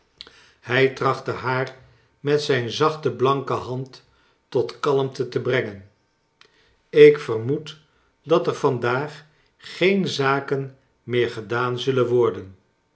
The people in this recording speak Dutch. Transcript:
hij trachtte haar met zijn zachte blan ke hand tot kalmte te brengen ik vermoed dat er vandaag geen zaken meer gedaan zullen worden